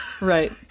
Right